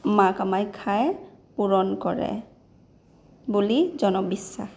মা কামাখ্যাই পূৰণ কৰে বুলি জনবিশ্বাস